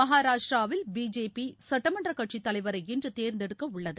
மகராஷ்டிராவில் BJP சட்டமன்ற கட்சி தலைவரை இன்றுதேர்ந்தெடுக்க உள்ளது